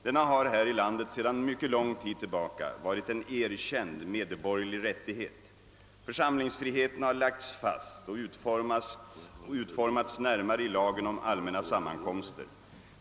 Denna har här i landet sedan mycket lång tid tillbaka varit en erkänd medborgerlig rättighet. Församlingsfriheten har lagts fast och utformats närmare i lagen om allmänna sammankomster.